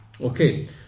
Okay